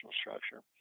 structure